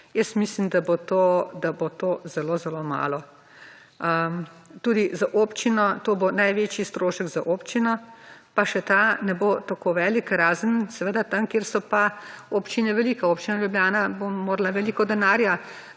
Jaz mislim, da bo to zelo, zelo malo. Tudi za občino, to bo največji strošek za občino, pa še ta ne bo tako velik, razen seveda tam kjer so pa občine velike. Občina Ljubljana bo morala veliko denarja